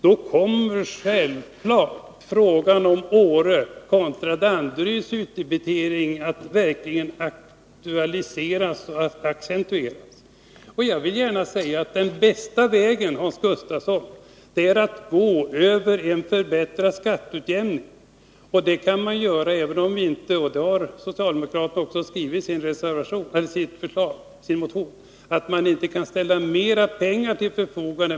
Då kommer självfallet frågan om Åres kontra Danderyds utdebitering verkligen att aktualiseras och accentueras. Jag vill i det sammanhanget gärna säga, Hans Gustafsson, att den bästa vägen är att gå över en förbättrad skatteutjämning. En sådan kan uppnås även om vi inte — vilket också socialdemokraterna har anfört i sin motion — kan ställa mer pengar till förfogande.